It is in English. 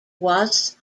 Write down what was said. was